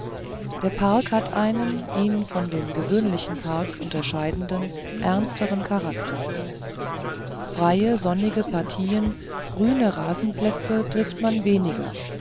der park hat einen ihn von den gewöhnlichen parks unterscheidenden ernsteren charakter freie sonnige partien grüne rasenplätze trifft man weniger